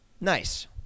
Nice